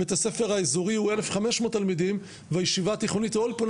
בית הספר האזורי הוא 1,500 תלמידים והישיבה התיכונית או אולפנה